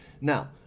Now